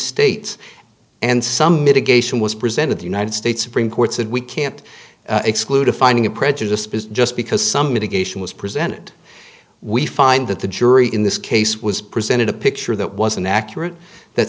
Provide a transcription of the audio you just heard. states and some mitigation was presented the united states supreme court said we can't exclude a finding a prejudiced just because some mitigation was presented we find that the jury in this case was presented a picture that was inaccurate that